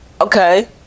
Okay